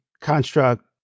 construct